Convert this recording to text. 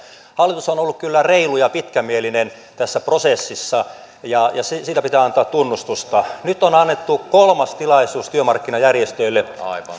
hallitus on ollut kyllä reilu ja pitkämielinen tässä prosessissa ja siitä pitää antaa tunnustusta nyt on annettu kolmas tilaisuus työmarkkinajärjestöille